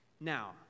Now